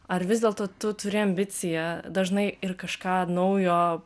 ar vis dėlto tu turi ambiciją dažnai ir kažką naujo